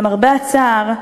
למרבה הצער,